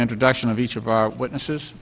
introduction of each of our witnesses